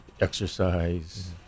exercise